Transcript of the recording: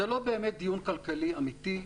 זה לא באמת דיון כלכלי אמיתי.